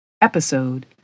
episode